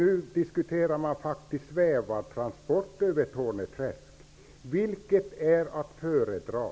Nu diskuteras svävartransporter över Torne Träsk. Vilket är att föredra?